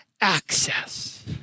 access